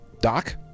Doc